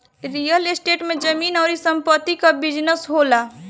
real estate में जमीन अउरी संपत्ति कअ बिजनेस होला